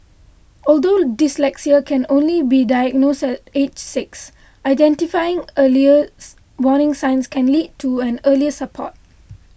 although dyslexia can only be diagnosed at age six identifying early warning signs can lead to earlier support